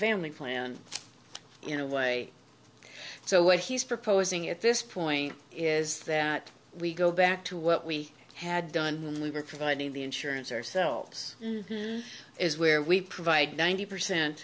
family plan you know way so what he's proposing at this point is that we go back to what we had done when we were providing the insurance ourselves is where we provide ninety percent